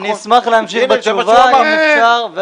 אני אשמח להמשיך בתשובה, אם אפשר.